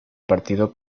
partido